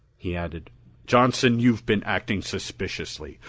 he added johnson, you've been acting suspiciously.